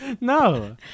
no